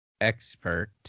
expert